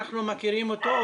שאנחנו מכירים אותו,